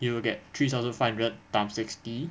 you will get three thousand five hundred times sixty